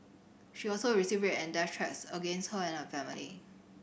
she also received and threats against her and her family